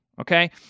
okay